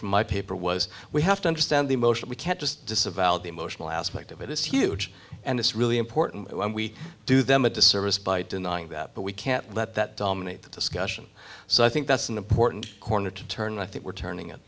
from my paper was we have to understand the emotion we can't just disavow the emotional aspect of it is huge and it's really important when we do them a disservice by denying that but we can't let that dominate the discussion so i think that's an important corner to turn and i think we're turning it